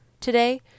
Today